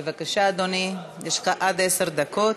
בבקשה, אדוני, יש לך עד עשר דקות.